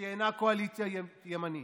שאינה קואליציה ימנית,